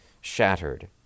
shattered